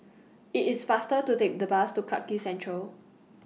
IT IS faster to Take The Bus to Clarke Quay Central